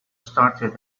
started